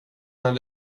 när